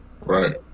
Right